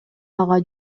ага